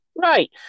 Right